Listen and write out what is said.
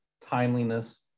timeliness